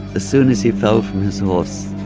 as soon as he fell from his horse,